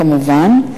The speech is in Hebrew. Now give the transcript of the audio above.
כמובן,